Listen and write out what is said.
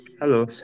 hello